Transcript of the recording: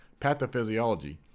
Pathophysiology